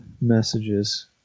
messages